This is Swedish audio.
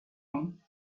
mig